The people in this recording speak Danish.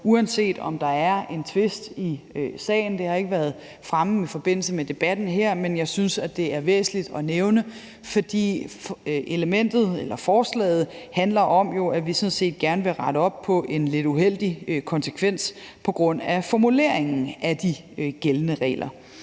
med debatten her, men jeg synes, det er væsentligt at nævne, for forslaget handler jo om, at vi sådan set gerne vil rette op på en lidt uheldig konsekvens på grund af formuleringen af de gældende regler.